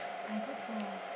I got four